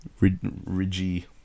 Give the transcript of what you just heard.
Ridgey